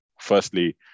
firstly